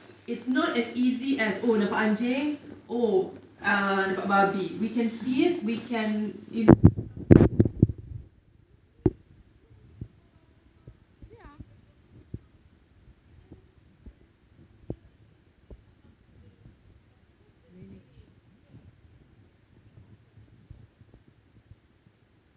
it's not as easy as oh nampak anjing oh uh nampak babi we can see it we can you know some kind of action the ular ni you know macam kat bawah-bawah and then in the longkang-longkang you never know and then the fear is until they come up through the drains which has happened of course before but eh takut